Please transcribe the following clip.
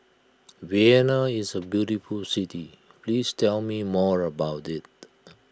Vienna is a beautiful city please tell me more about it